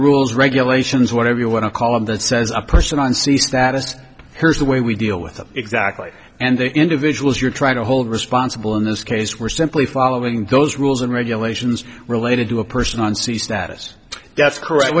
rules regulations whatever you want to call them that says a person on c status here's the way we deal with it exactly and the individuals you're trying to hold responsible in this case were simply following those rules and regulations related to a person on sea status that's correct